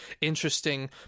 interesting